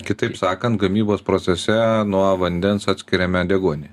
kitaip sakant gamybos procese nuo vandens atskiriame deguonį